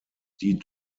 die